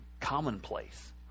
commonplace